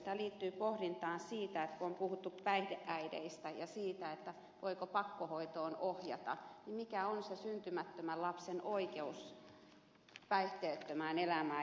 tämä liittyy pohdintaan siitä kun on puhuttu päihdeäideistä ja siitä voiko pakkohoitoon ohjata ja mikä on se syntymättömän lapsen oikeus päihteettömään elämään